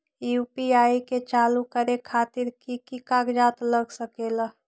UPI के चालु करे खातीर कि की कागज़ात लग सकेला?